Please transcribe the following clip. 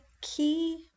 key